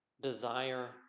desire